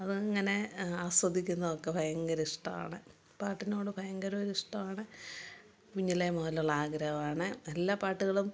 അതങ്ങനെ ആസ്വദിക്കുന്നതൊക്കെ ഭയങ്കര ഇഷ്ടമാണ് പാട്ടിനോട് ഭയങ്കര ഒരു ഇഷ്ടമാണ് കുഞ്ഞിലെ മുതലുള്ള ആഗ്രഹവാണ് എല്ലാ പാട്ടുകളും